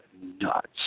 nuts